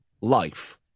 life